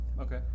Okay